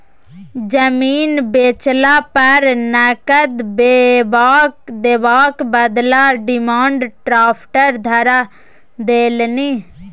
जमीन बेचला पर नगद देबाक बदला डिमांड ड्राफ्ट धरा देलनि